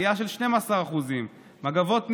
עלייה של 12%; מגבות נייר,